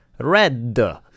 red